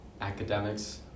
academics